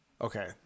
Okay